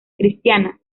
cristiana